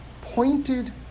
pointed